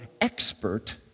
expert